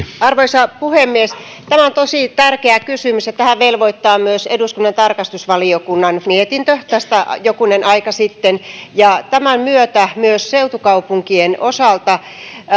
arvoisa puhemies tämä on tosi tärkeä kysymys ja tähän velvoitti myös eduskunnan tarkastusvaliokunnan mietintö tässä jokunen aika sitten ja tämän myötä myös seutukaupunkien osalta